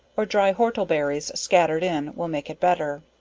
or dry whortleberries scattered in, will make it better.